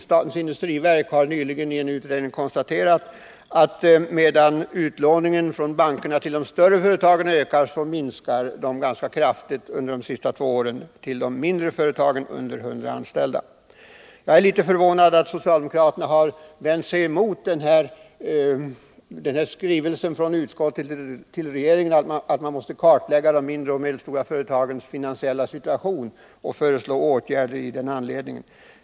SIND har nyligen i en utredning konstaterat, att medan utlåningen från bankerna till de större företagen ökat, har den under de senaste två åren minskat ganska kraftigt till företag med under 100 anställda. Jag är litet förvånad över att socialdemokraterna har vänt sig emot utskottsmajoritetens förslag att riksdagen skall tillskriva regeringen och framföra som sin uppfattning att man måste kartlägga de mindre och medelstora företagens situation och föreslå åtgärder.